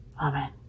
Amen